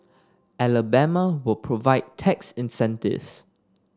Alabama will provide tax incentives